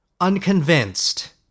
unconvinced